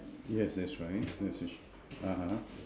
yes that's right